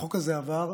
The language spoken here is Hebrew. החוק הזה עבר,